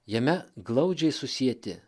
jame glaudžiai susieti